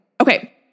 Okay